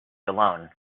alone